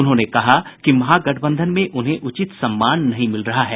उन्होंने कहा कि महागठबंधन में उन्हें उचित सम्मान नहीं मिल रहा है